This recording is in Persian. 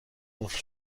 قفل